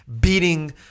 beating